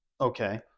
okay